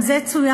וגם זה צוין,